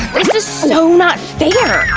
this is so not fair.